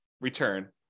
return